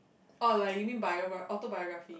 oh like you mean biograph~ autobiography